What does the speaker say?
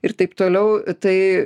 ir taip toliau tai